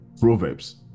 Proverbs